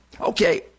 okay